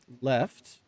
left